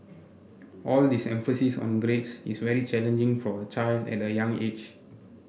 all this emphasis on grades is very challenging for a child at a young age